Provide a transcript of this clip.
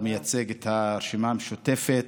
אתה מייצג את הרשימה המשותפת,